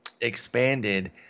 expanded